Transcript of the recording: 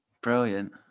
Brilliant